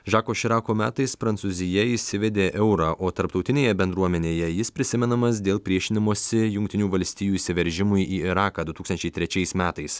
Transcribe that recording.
žako širako metais prancūzija įsivedė eurą o tarptautinėje bendruomenėje jis prisimenamas dėl priešinimosi jungtinių valstijų įsiveržimui į iraką du tūkstančiai trečiais metais